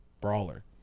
brawler